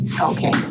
okay